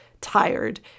tired